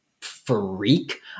freak